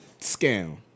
scam